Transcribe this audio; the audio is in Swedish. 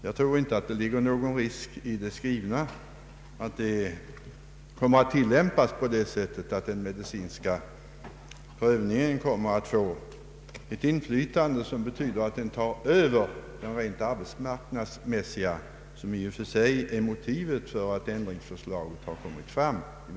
Jag tror inte att det är någon risk för att vad utskottet skrivit kommer att tillämpas på det sättet att den medicinska prövningen kommer att få så stort inflytande att den tar över den rent arbetsmarknadsmässiga prövningen, som i och för sig är motivet för att ändringsförslaget kommit fram nu.